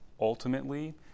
ultimately